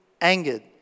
angered